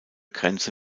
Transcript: grenze